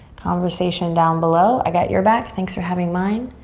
conversation down below. i got your back, thanks for having mine.